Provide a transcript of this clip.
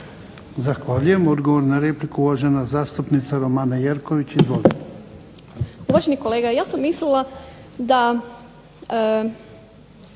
Zahvaljujem. Odgovor na repliku uvažena zastupnica Romana Jerković. Izvolite. **Jerković, Romana